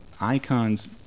icons